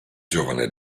giovane